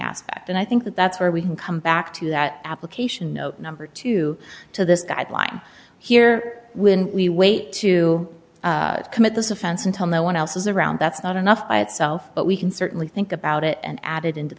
aspect and i think that's where we can come back to that application note number two to this guideline here when we wait to commit this offense until no one else is around that's not enough by itself but we can certainly think about it and added into